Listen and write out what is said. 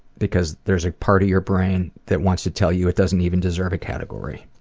because there's a part of your brain that wants to tell you it doesn't even deserve a category,